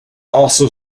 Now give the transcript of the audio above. also